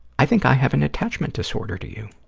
i think i have an attachment disorder to you.